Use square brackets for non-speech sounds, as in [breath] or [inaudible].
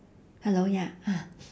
hello ya [breath]